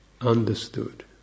understood